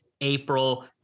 april